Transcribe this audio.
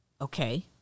okay